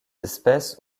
espèces